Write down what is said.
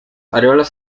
areolas